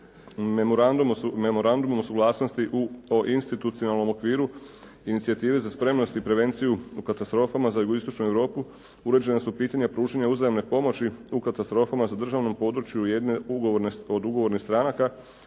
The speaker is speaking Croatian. Memorandum o suglasnosti o institucionalnom okviru inicijative za spremnost i prevenciju u katastrofama za jugoistočnu Europu uređena su pitanja pružanja uzajamne pomoći u katastrofama za državnom područje jedne od ugovornih stranaka,